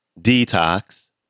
Detox